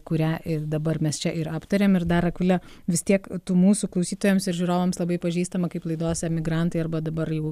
kurią ir dabar mes čia ir aptarėm ir dar akvile vis tiek tu mūsų klausytojams ir žiūrovams labai pažįstama kaip laidos emigrantai arba dabar jau